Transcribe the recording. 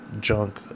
junk